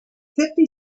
fifty